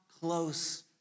close